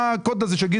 בעד.